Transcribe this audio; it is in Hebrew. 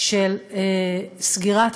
הצעת החוק שלנו מבקשת להעניק סיוע,